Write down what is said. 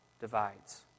divides